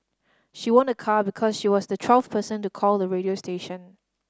she won a car because she was the twelfth person to call the radio station